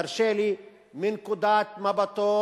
ותרשה לי, מנקודת מבטו